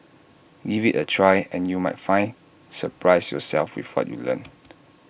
give IT A try and you might find surprise yourself with what you learn